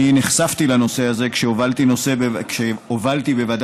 אני נחשפתי לנושא הזה כשהובלתי בוועדה